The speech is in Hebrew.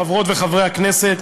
חברות וחברי הכנסת,